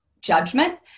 judgment